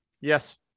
Yes